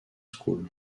school